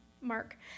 Mark